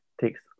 takes